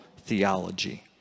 theology